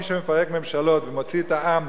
מי שמפרק ממשלות ומוציא את העם